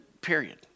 period